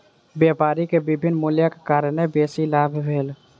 व्यापारी के विभिन्न मूल्यक कारणेँ बेसी लाभ भेल